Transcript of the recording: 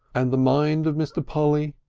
and the mind of mr. polly,